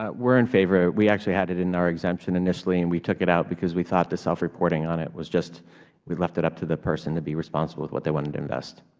ah we're in favor. we actually had it in our exemption initially, and we took it out because we thought the selfreporting on it was just we left it up to the person to be responsible with what they wanted to invest.